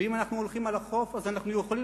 ואם אנחנו הולכים על החוף אנחנו יכולים